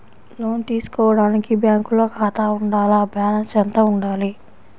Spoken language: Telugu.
లోను తీసుకోవడానికి బ్యాంకులో ఖాతా ఉండాల? బాలన్స్ ఎంత వుండాలి?